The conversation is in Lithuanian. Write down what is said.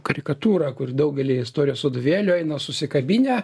karikatūra kur daugely istorijos vadovėlių eina susikabinę